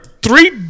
Three